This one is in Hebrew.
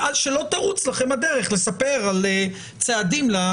שלא תאוץ לכם הדרך לספר לציבור על צעדים.